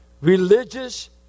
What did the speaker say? religious